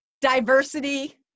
diversity